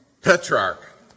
Petrarch